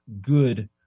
good